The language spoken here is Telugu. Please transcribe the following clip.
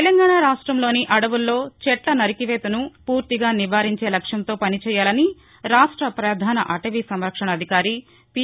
తెలంగాణ రాష్టంలోని అడవుల్లో చెట్ల నరికివేతను పూర్తిగా నివారించే లక్ష్యంతో పనిచేయాలని రాష్ట ప్రధాన అటవీ సంరక్షణ అధికారి పి